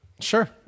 Sure